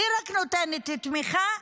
היא רק נותנת תמיכה,